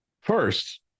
First